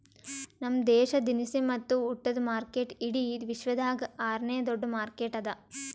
ನಮ್ ದೇಶ ದಿನಸಿ ಮತ್ತ ಉಟ್ಟದ ಮಾರ್ಕೆಟ್ ಇಡಿ ವಿಶ್ವದಾಗ್ ಆರ ನೇ ದೊಡ್ಡ ಮಾರ್ಕೆಟ್ ಅದಾ